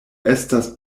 estas